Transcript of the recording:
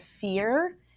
fear